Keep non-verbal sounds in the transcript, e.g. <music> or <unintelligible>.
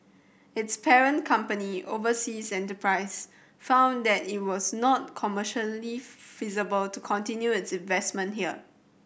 its parent company Oversea Enterprise found that it was not commercially <unintelligible> feasible to continue its investment here